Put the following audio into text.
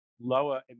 lower